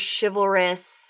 chivalrous –